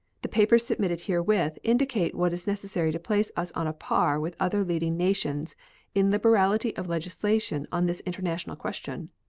the papers submitted herewith indicate what is necessary to place us on a par with other leading nations in liberality of legislation on this international question.